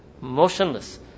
motionless